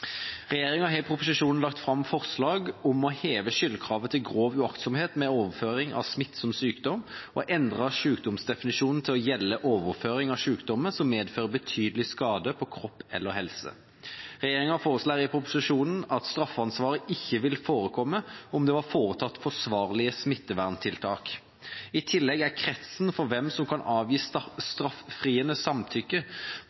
Regjeringa har i proposisjonen lagt fram forslag om å heve skyldkravet til grov uaktsomhet ved overføring av smittsom sykdom og om å endre sykdomsdefinisjonen til å gjelde overføring av sykdommer som medfører betydelig skade på kropp eller helse. Regjeringa foreslår i proposisjonen at straffansvaret ikke vil forekomme om det var foretatt forsvarlige smitteverntiltak. I tillegg er kretsen for hvem som kan avgi